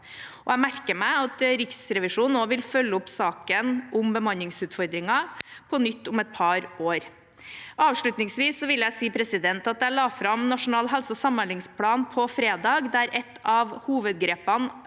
Jeg merker meg at Riksrevisjonen også vil følge opp saken om bemanningsutfordringer på nytt om et par år. Avslutningsvis vil jeg si at jeg la fram Nasjonal helseog samhandlingsplan på fredag, der ett av hovedgrepene